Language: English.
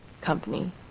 company